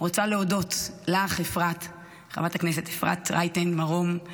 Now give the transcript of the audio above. אני רוצה להודות לך, חברת הכנסת אפרת רייטן מרום,